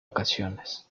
ocasiones